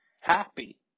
happy